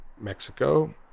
mexico